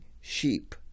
sheep